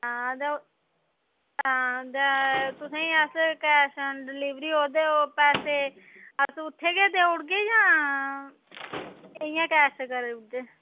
हां ते आं ते तुसेंगी अस कैश आन डिलिवरी होग ते पैसे अस उत्थै गै देई ओड़ेगे जां इ'यां किश करी ओड़गे